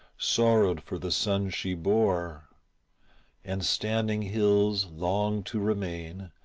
sorrowed for the son she bore and standing hills, long to remain,